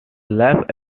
left